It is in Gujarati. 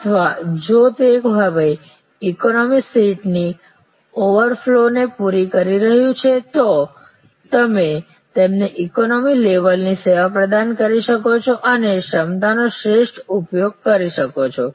અથવા જો તે હવે ઇકોનોમી સીટથી ઓવરફ્લોને પૂરી કરી રહ્યું છે તો તમે તેમને ઇકોનોમી લેવલની સેવા પ્રદાન કરી શકો છો અને ક્ષમતાનો શ્રેષ્ઠ ઉપયોગ કરી શકો છો